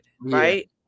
right